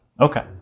Okay